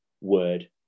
word